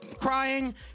crying